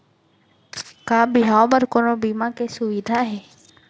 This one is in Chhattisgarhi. का बिहाव बर कोनो बीमा के सुविधा हे?